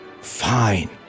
Fine